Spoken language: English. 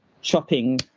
shopping